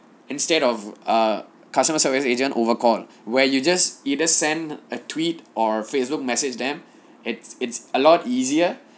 instead of ah customer service agent over call where you just either sent a tweet or facebook message them it's it's a lot easier